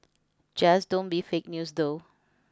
just don't be fake news though